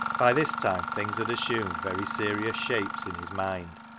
by this time things had assumed very serious shapes in his mind,